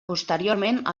posteriorment